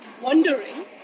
Wondering